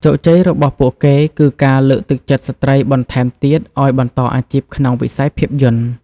ជោគជ័យរបស់ពួកគេគឺការលើកទឹកចិត្តស្ត្រីបន្ថែមទៀតឱ្យបន្តអាជីពក្នុងវិស័យភាពយន្ត។